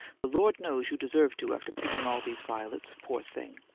the lord knows you deserve to, after picking all these violets, poor thing,